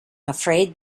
afraid